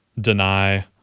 deny